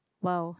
!wow!